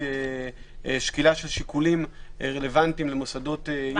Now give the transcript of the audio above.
שקילת שיקולים רלוונטיים למוסדות יום,